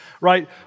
right